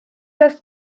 das